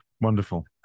Wonderful